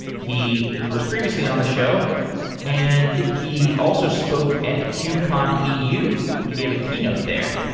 he was previously on the show and he also spoke at kubecon eu. he gave a keynote there,